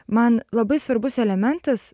man labai svarbus elementas